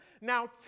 Now